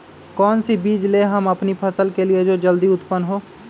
कौन सी बीज ले हम अपनी फसल के लिए जो जल्दी उत्पन हो?